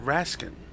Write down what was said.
Raskin